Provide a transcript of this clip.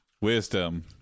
wisdom